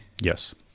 yes